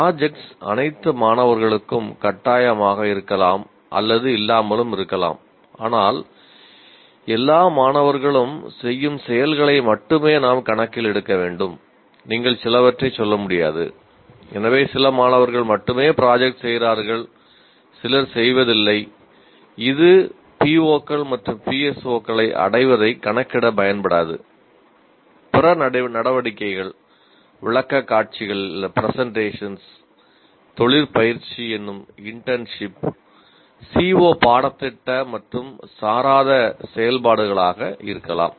projects CO பாடத்திட்ட மற்றும் சாராத செயல்பாடுகளாக இருக்கலாம்